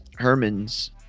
Hermans